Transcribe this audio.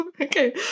Okay